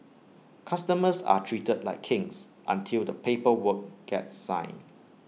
customers are treated like kings until the paper work gets signed